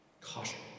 caution